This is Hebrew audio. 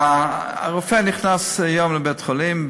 הרופא נכנס היום לבית-החולים,